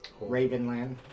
Ravenland